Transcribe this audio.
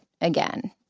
again